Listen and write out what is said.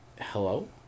hello